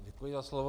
Děkuji za slovo.